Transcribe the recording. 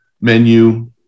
menu